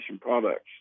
products